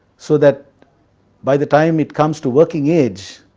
so that by the time it comes to working age,